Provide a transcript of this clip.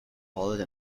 college